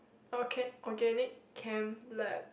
orka~ organic chem lab